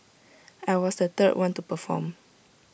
I was the third one to perform